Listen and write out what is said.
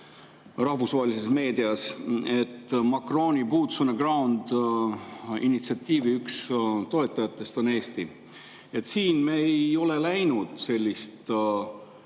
rahvusvahelises meedias teada, et Macroniboots on the groundinitsiatiivi üks toetajatest on Eesti. Siin me ei ole läinud selliselt